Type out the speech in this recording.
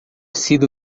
sido